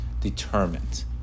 determined